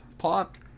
Popped